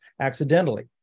accidentally